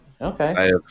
Okay